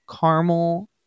caramel